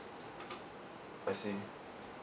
I see